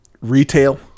retail